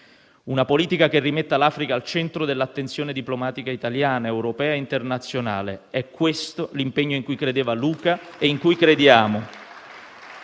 Una politica che rimetta l'Africa al centro dell'attenzione diplomatica italiana, europea e internazionale è l'impegno in cui credeva Luca e in cui crediamo.